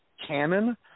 canon